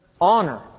Honor